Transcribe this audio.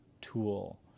tool